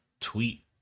Tweet